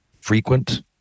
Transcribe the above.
frequent